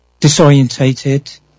disorientated